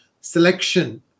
selection